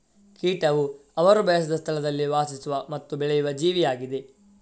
ಕೀಟವು ಅವರು ಬಯಸದ ಸ್ಥಳದಲ್ಲಿ ವಾಸಿಸುವ ಮತ್ತು ಬೆಳೆಯುವ ಜೀವಿಯಾಗಿದೆ